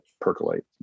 percolate